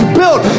built